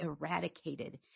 eradicated